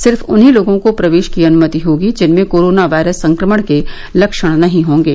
सिर्फ उन्ही लोगों को प्रवेश की अनुमति होगी जिनमें कोरोना वायरस के संक्रमण के लक्षण नहीं होंगे